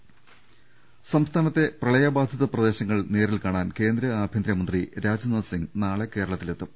രദ്ദേഷ്ടങ സംസ്ഥാനത്തെ പ്രളയബാധിത പ്രദേശങ്ങൾ നേരിൽ കാണാൻ കേന്ദ്ര ആഭ്യന്തര മന്ത്രി രാജ്നാഥ് സിംഗ് നാളെ കേരളത്തിലെത്തും